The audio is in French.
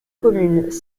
communes